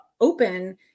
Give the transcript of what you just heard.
open